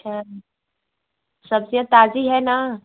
अच्छा सब्जियाँ ताजी है ना